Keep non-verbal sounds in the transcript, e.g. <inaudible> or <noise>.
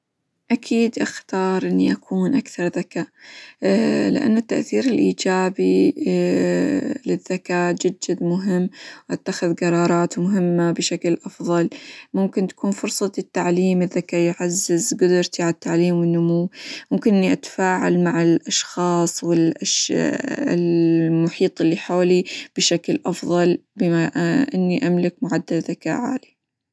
أكيد أختار إني أكون أكثر ذكاء <hesitation> لإنه التأثير الإيجابي <hesitation> للذكاء جد جد مهم، أتخذ قرارات مهمة بشكل أفظل، ممكن تكون فرصة التعليم، الذكاء يعزز قدرتي على التعليم، والنمو، ممكن إني أتفاعل مع الأشخاص، -والأش- والمحيط اللي حولي بشكل أفظل بما إني أملك معدل ذكاء عالي.